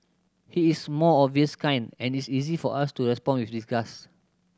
he is more obvious kind and it's easy for us to respond with disgust